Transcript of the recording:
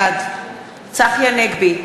בעד צחי הנגבי,